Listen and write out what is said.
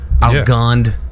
outgunned